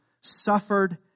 Suffered